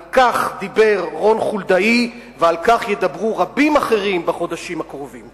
על כך דיבר רון חולדאי ועל כך ידברו רבים אחרים בחודשים הקרובים.